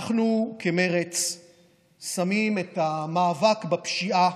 אנחנו כמרצ שמים את המאבק בפשיעה,